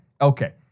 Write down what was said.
Okay